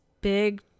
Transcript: big